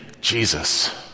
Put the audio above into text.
Jesus